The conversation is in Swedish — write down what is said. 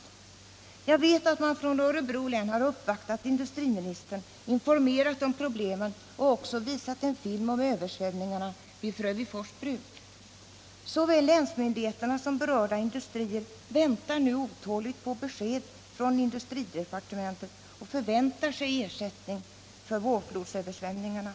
Stat Jag vet att man från Örebro län har uppvaktat industriministern, in — Om åtgärder för att formerat om problemen och även visat en film om översvämningarna = trygga sysselsättvid Frövifors bruk. Såväl länsmyndigheterna som berörda industrier vän — ningen vid Magna tar nu otåligt på besked från industridepartementet och väntar sig er — Konfektion i sättning för vårflodsöversvämningarna.